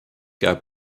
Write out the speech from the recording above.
gab